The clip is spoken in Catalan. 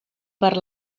per